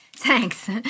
Thanks